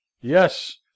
Yes